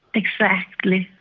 exactly.